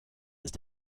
ist